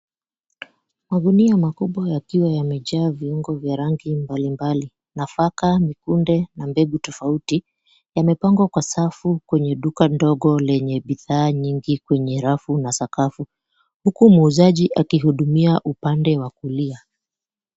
Magunia makubwa yakiwa yamejaa viungo vya rangi mbalimbali nafaka, kunde na mbegu tofauti, yamepangwa kwa safu kwenye duka ndogo lenye bidhaa nyingi kwenye rafu na sakafu. Huku muuzaji akihudumia upande wa kulia.